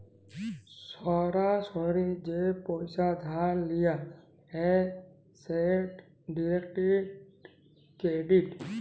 সরাসরি যে পইসা ধার লিয়া হ্যয় সেট ডিরেক্ট ক্রেডিট